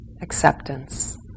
acceptance